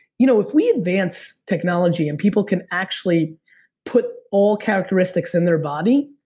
you know, if we advance technology and people can actually put all characteristics in their body,